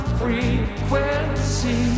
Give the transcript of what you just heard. frequency